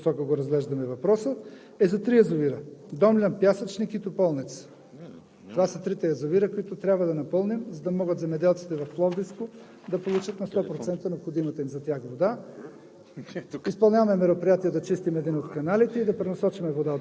Проблемът, който се отнася и който премиерът ми е възложил, в тази посока, ако разглеждаме въпроса, е за три язовира: „Домлян“, „Пясъчник“ и „Тополница“. Това са трите язовира, които трябва да напълним, за да могат земеделците в Пловдивско да получат 100% необходимата им за тях вода.